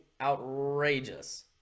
outrageous